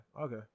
Okay